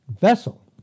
vessel